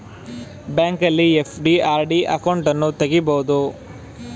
ಬ್ಯಾಂಕಲ್ಲಿ FD, RD ಅಕೌಂಟನ್ನು ತಗಿಬೋದು